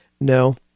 No